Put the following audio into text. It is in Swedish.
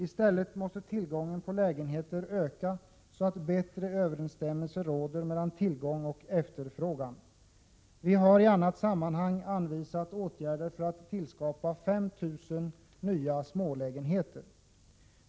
I stället måste tillgången på lägenheter öka, så att bättre överensstämmelse råder mellan tillgång och efterfrågan. Vi har i annat sammanhang anvisat åtgärder för att tillskapa 5 000 nya smålägenheter.